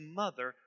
mother